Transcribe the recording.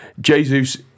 Jesus